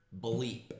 bleep